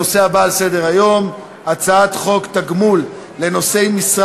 אני קובע שחוק לתיקון פקודת מס הכנסה (מס' 221),